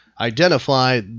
Identify